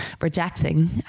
rejecting